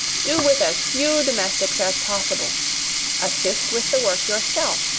do with as few domestics as possible assist with the work yourself,